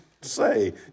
say